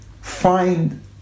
find